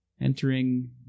entering